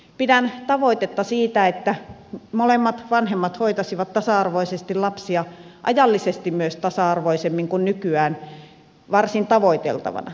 pidän tavoitetta siitä että molemmat vanhemmat hoitaisivat tasa arvoisesti lapsia myös ajallisesti tasa arvoisemmin kuin nykyään varsin tavoiteltavana